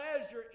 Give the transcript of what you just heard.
pleasure